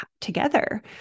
together